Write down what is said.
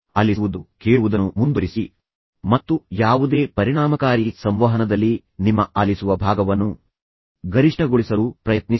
ಆಲಿಸುವುದು ಕೇಳುವುದನ್ನು ಮುಂದುವರಿಸಿ ಮತ್ತು ಯಾವುದೇ ಪರಿಣಾಮಕಾರಿ ಸಂವಹನದಲ್ಲಿ ನಿಮ್ಮ ಆಲಿಸುವ ಭಾಗವನ್ನು ಗರಿಷ್ಠಗೊಳಿಸಲು ಪ್ರಯತ್ನಿಸಿ